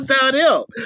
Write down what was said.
downhill